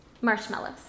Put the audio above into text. Marshmallows